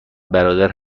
برادر